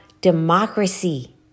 democracy